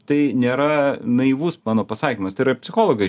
tai nėra naivus mano pasakymas tai yra psichologai